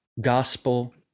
gospel